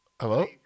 Hello